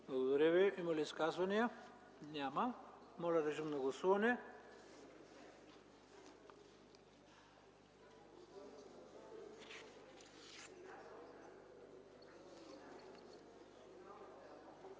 Благодаря Ви. Има ли изказвания? Няма. Моля, режим на гласуване.